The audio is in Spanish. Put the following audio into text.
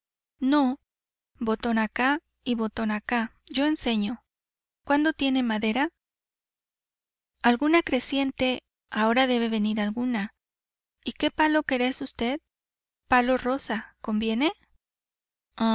no botón acá y botón acá yo enseño cuándo tiene madera alguna creciente ahora debe venir una y qué palo querés usted palo rosa conviene